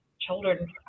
children